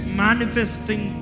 manifesting